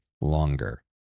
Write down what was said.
longer